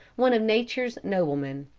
one of nature's noblemen.